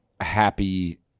happy